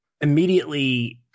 immediately